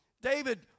David